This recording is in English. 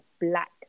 black